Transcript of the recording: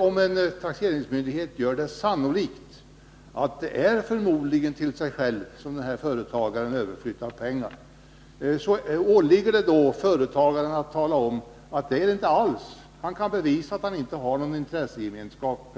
Om en taxeringsmyndighet gör sannolikt att en företagare överflyttar pengar till sig själv, åligger det företagaren att bevisa att så inte är fallet och att han inte har någon intressegemenskap